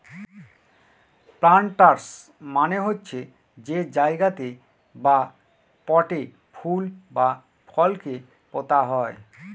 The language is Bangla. প্লান্টার্স মানে হচ্ছে যে জায়গাতে বা পটে ফুল বা ফলকে পোতা হয়